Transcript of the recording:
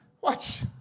Watch